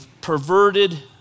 perverted